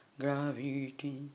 gravity